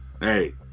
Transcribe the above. Hey